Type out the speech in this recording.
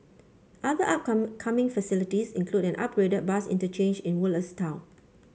other up coming facilities include an upgraded bus interchange in Woodlands town